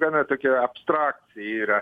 gana tokia abstrakcija yra